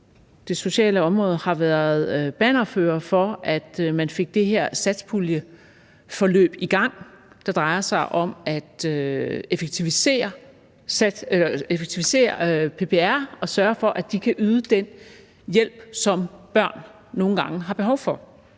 det sociale område har været bannerførere for, at man fik det her satspuljeforløb i gang. Det drejer sig om at effektivisere PPR og at sørge for, at de kan yde den hjælp, som børn nogle gange har behov for.